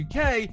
UK